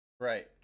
Right